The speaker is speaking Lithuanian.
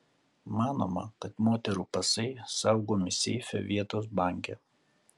manoma kad moterų pasai saugomi seife vietos banke